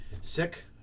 sick